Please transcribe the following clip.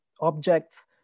objects